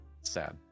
sad